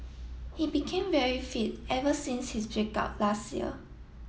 he became very fit ever since his break up last year